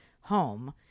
home